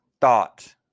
thought